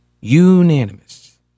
Unanimous